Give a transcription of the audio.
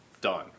done